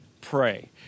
pray